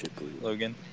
Logan